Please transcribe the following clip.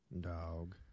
Dog